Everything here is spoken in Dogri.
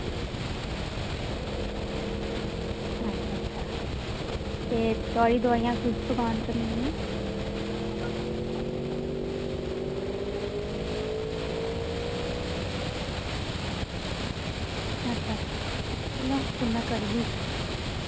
अच्छा अच्छा ते थुआढ़ी दोआइयें कुस दकान चा मिलनियां अच्छा अच्छा चलो में फिर करगी